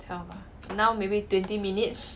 twelve ah now maybe twenty minutes